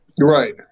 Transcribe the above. right